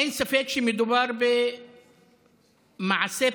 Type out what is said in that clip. אין ספק שמדובר במעשה פרלמנטרי.